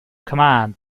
command